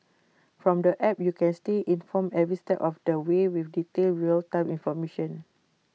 from the app you can stay informed every step of the way with detailed real time information